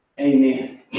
Amen